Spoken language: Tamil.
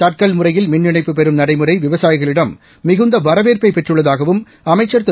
தட்க் ல் முறைய ில் மின் இணைப்பட்ட பெறும் நடை முறை வி வ ச ா ய ி க ளிட ம் மி கு ந்த வர வேற் பை பெற்றுள்ளதாகவும் அமைச்சுர் திரு